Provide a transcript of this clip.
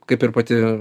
kaip ir pati